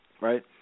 right